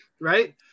Right